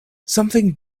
something